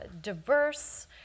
diverse